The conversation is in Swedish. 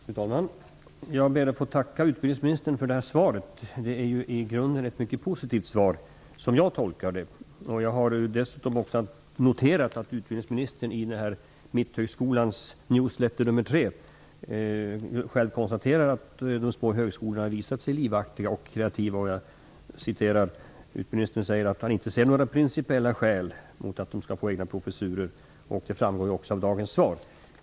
Fru talman! Jag ber att få tacka utbildningsministern för det här svaret. Det är i grunden ett mycket positivt svar, som jag tolkar det. I Mitthögskolans newsletter nr 3 konstaterar utbildningsministern själv att de små högskolorna har visat sig livaktiga och kreativa. Han säger att han inte ser några principiella skäl mot att de skall få egna professurer. Detta framgår också av dagens svar.